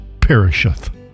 perisheth